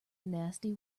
nasty